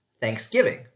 Thanksgiving